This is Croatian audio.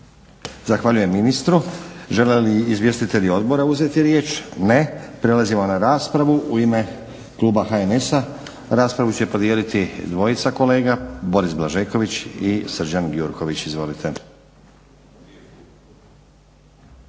Zahvaljujem ministru. Žele li izvjestitelji odbora uzeti riječ? Ne. Prelazimo na raspravu. U ime kluba HNS-a raspravu će podijeliti dvojica kolega Boris Blažeković i Srđan Gjurković. Izvolite.